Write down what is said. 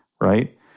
right